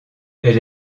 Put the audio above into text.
elle